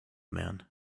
man